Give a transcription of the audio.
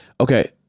Okay